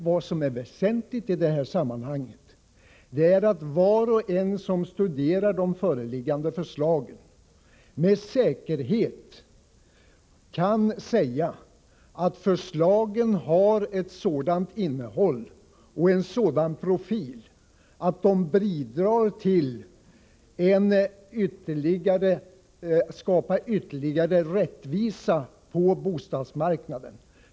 Vad som är väsentligt i detta sammanhang är att var och en som studerar de föreliggande förslagen med säkerhet kan säga att förslagen har ett sådant innehåll och en sådan profil att de bidrar till att skapa ytterligare rättvisa på bostadsmarknaden.